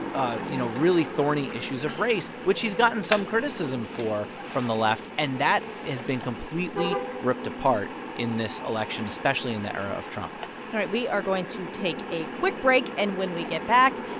ah you know, really thorny issues of race, which he's gotten some criticism for from the left. and that has been completely ripped apart in this election, especially in the era of trump right. we are going to take a quick break. and when we get back,